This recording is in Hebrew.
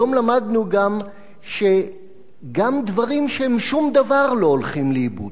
היום למדנו גם שגם דברים שהם שום דבר לא הולכים לאיבוד.